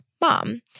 Mom